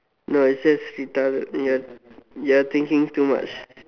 no is just retarded ya you are thinking too much